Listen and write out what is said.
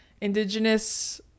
indigenous